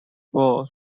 born